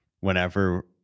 whenever